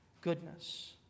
goodness